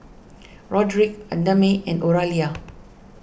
Roderic Idamae and Oralia